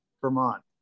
Vermont